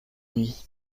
nuit